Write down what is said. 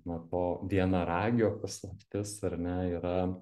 na to vienaragio paslaptis ar ne yra